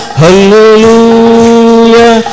hallelujah